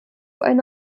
eine